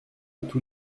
tous